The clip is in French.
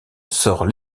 sort